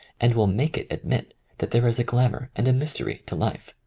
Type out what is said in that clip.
and will make it admit that there is a glamour and a mystery to life.